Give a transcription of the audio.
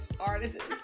Artists